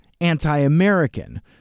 anti-American